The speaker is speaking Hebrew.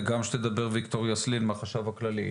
וגם שתדבר ויקטוריה סלין מהחשב הכללי.